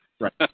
Right